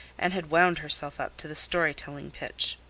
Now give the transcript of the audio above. and had wound herself up to the storytelling pitch.